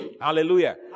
hallelujah